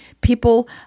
people